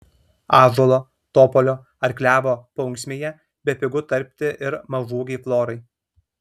ąžuolo topolio ar klevo paunksmėje bepigu tarpti ir mažaūgei florai